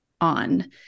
on